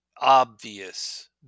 obvious